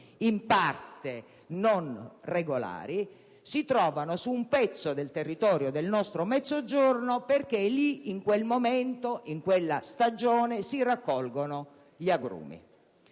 in parte non regolari, si trovano su un pezzo del territorio del nostro Mezzogiorno, perché lì, in questo momento, in questa stagione, si raccolgono gli agrumi.